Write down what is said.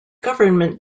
government